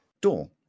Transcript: door